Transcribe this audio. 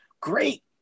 Great